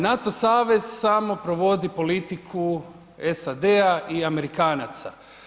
NATO savez samo provodi politiku SAD-a i Amerikanaca.